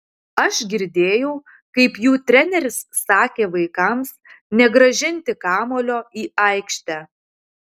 aš girdėjau kaip jų treneris sakė vaikams negrąžinti kamuolio į aikštę